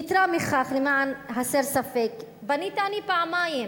יתירה מכך, למען הסר ספק, פניתי אני פעמיים